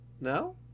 no